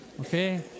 okay